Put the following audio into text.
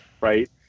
right